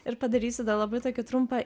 ir padarysiu dar labai tokį trumpą